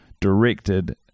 directed